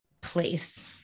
place